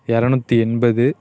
இரநூத்தி எண்பது